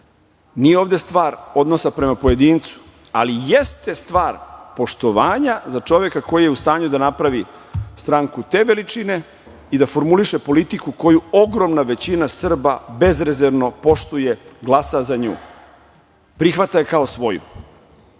nije ovde stvar odnosa prema pojedincu, ali jeste stvar poštovanja za čoveka koji je u stanju da napravi stranku te veličine i da formuliše politiku koju ogromna većina Srba bezrezervno poštuje i glasa za nju, prihvata je kao svoju.